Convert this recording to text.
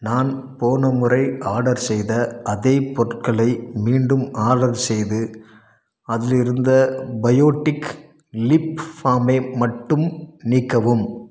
நான் போன முறை ஆடர் செய்த அதே பொருட்களை மீண்டும் ஆடர் செய்து அதிலிருந்த பயோடிக் லிப் ஃபாமை மட்டும் நீக்கவும்